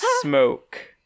smoke